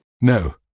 No